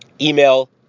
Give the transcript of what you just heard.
email